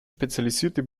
spezialisierte